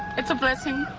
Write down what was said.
it's a blessing.